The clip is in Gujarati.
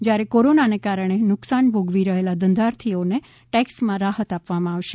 જ્યારે કોરોનાને કારણે નુકસાન ભોગવી રહેલા ધંધાર્થીઓને ટેક્સમાં રાહત આપવામાં આવશે